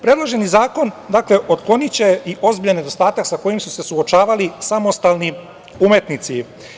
Predloženi zakon otkloniće i ozbiljan nedostatak sa kojim su se suočavali samostalni umetnici.